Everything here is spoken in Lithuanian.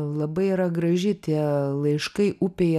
labai yra graži tie laiškai upėje